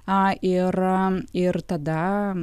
a ir ir tada